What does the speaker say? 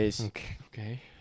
Okay